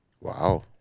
Wow